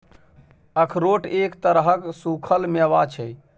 अखरोट एक तरहक सूक्खल मेवा छै